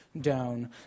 down